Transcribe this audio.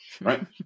right